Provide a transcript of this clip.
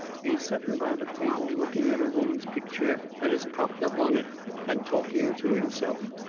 he is setting by the table, looking at a woman's picture that is propped up on it, and talking to himself.